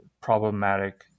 problematic